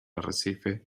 arrecife